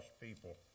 people